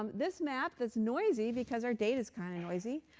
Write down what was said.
um this map that's noisy, because our data is kind of noisy,